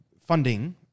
funding